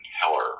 Heller